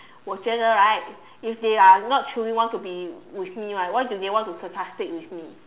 我觉得 right if they are not truly want to be with me right why they want to be sarcastic with me